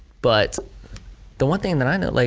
but the one thing that i know, like